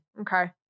Okay